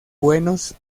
buenos